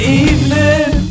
evening